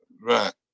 Right